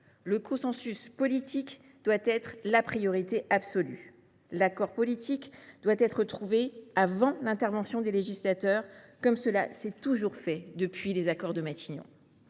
Le consensus politique doit être la priorité absolue. Un accord politique doit être trouvé avant l’intervention du législateur, comme cela s’est toujours fait depuis les accords de Matignon.